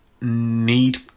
Need